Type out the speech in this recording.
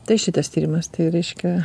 tai šitas tyrimas tai reiškia